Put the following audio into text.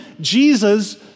Jesus